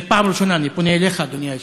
זו פעם ראשונה, אני פונה אליך, אדוני היושב-ראש: